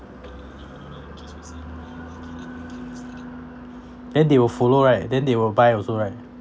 then they will follow right then they will buy also right